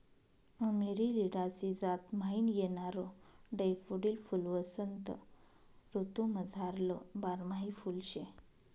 Amaryllidaceae जात म्हाईन येणारं डैफोडील फुल्वसंत ऋतूमझारलं बारमाही फुल शे